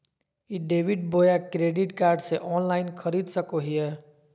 ई debit बोया credit card से online खरीद सको हिए?